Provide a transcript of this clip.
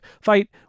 fight